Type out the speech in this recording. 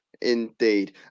Indeed